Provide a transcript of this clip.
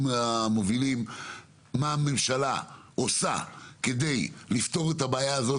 המובילים ומה הממשלה עושה כדי לפתור את הבעיה הזאת